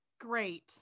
Great